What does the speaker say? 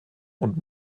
und